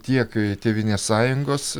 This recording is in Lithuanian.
tiek tėvynės sąjungos